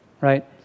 right